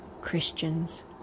Christians